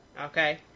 okay